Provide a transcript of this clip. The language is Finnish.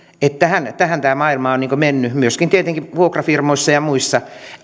tähän tämä maailma on mennyt myöskin tietenkin vuokrafirmoissa ja muissa